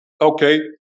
Okay